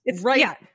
right